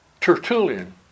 Tertullian